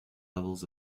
levels